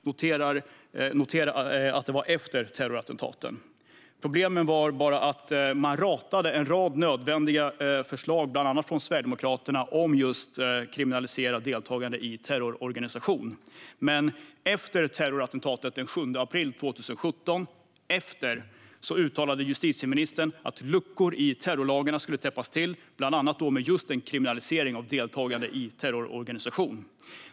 Notera att det var efter terrorattentaten. Problemet var bara att man ratade en rad nödvändiga förslag, bland annat från Sverigedemokraterna, om att just kriminalisera deltagande i terrororganisation. Men efter terrorattentatet den 7 april 2017 uttalade justitieministern att luckor i terrorlagarna skulle täppas till, bland annat genom just en kriminalisering av deltagande i terrororganisation.